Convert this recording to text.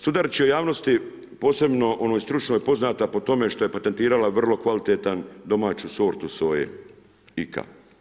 Sudarić je javnosti posebno onoj stručnoj poznata po tome što je patentirala vrlo kvalitetnu domaću sortu soje IKA.